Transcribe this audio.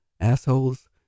assholes